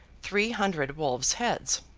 three hundred wolves' heads.